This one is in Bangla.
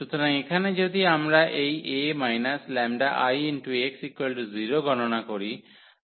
সুতরাং এখানে যদি আমরা এই A 𝜆𝐼x 0 গণনা করি